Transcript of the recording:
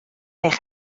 eich